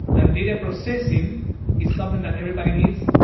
and data processing is something that everybody needs,